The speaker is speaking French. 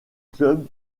club